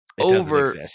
Over